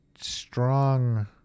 strong